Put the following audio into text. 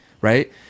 right